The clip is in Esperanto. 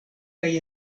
kaj